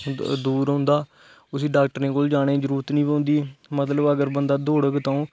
दूर रौंहदा उसी डाॅक्टरें कोल जाने दी जरुरत नेईं पौंदी मतलब अगर बंदा दौड़ग तां